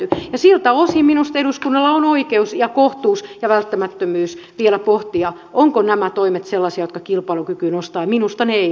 siltä osin minusta eduskunnalla on oikeus ja kohtuus ja välttämättömyys vielä pohtia ovatko nämä toimet sellaisia jotka kilpailukykyä nostavat ja minusta ne eivät ole